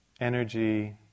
energy